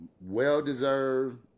well-deserved